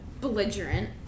Belligerent